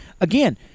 again